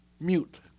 mute